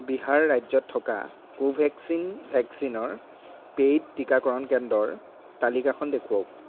বিহাৰ ৰাজ্যত থকা কোভেক্সিন ভেকচিনৰ পেইড টিকাকৰণ কেন্দ্ৰৰ তালিকাখন দেখুৱাওক